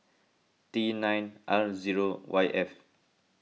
T nine R zero Y F